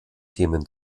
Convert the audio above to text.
themen